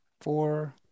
Four